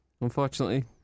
unfortunately